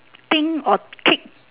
think or tick